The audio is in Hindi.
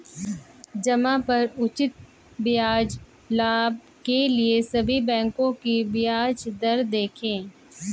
जमा पर उचित ब्याज लाभ के लिए सभी बैंकों की ब्याज दरें देखें